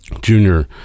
Junior